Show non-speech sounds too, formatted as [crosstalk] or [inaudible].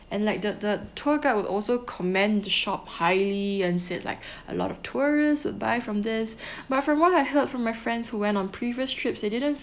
and like the the tour guide will also commend the shop highly and said like [breath] a lot of tourist would buy from this [breath] but from what I heard from my friends who went on previous trips they didn't